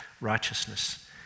Righteousness